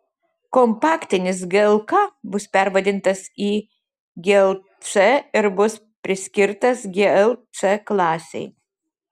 kompaktinis glk bus pervadintas į glc ir bus priskirtas gl c klasei